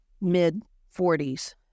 mid-40s